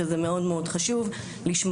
וזה מאוד מאוד חשוב לשמוע.